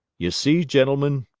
ye see, gentlemen,